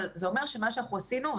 אבל זה אומר שמה שאנחנו עשינו,